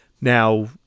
Now